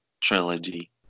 trilogy